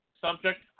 Subject